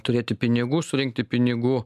turėti pinigų surinkti pinigų